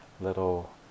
little